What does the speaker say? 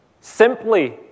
simply